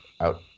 out